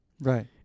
Right